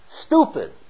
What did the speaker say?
stupid